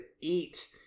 eat